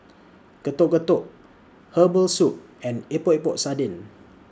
Getuk Getuk Herbal Soup and Epok Epok Sardin